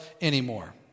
anymore